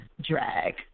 Drag